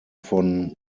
von